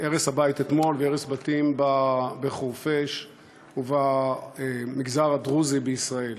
הרס הבית אתמול והרס בתים בחורפיש ובמגזר הדרוזי בישראל.